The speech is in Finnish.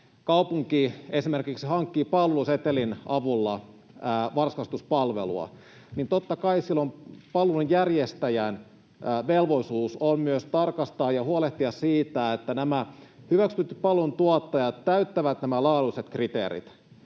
kaupunki esimerkiksi hankkii palvelusetelin avulla varhaiskasvatuspalvelua — niin totta kai silloin palvelun järjestäjän velvollisuus on myös tarkastaa ja huolehtia siitä, että nämä hyväksytyt palveluntuottajat täyttävät nämä laadulliset kriteerit,